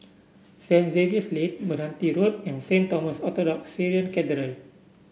Saint Xavier's Lane Meranti Road and Saint Thomas Orthodox Syrian Cathedral